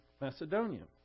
Macedonia